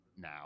now